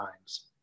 times